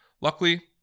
Luckily